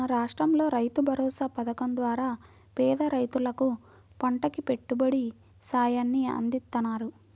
మన రాష్టంలో రైతుభరోసా పథకం ద్వారా పేద రైతులకు పంటకి పెట్టుబడి సాయాన్ని అందిత్తన్నారు